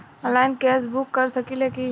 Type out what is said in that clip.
Online gas book कर सकिले की?